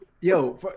Yo